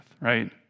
right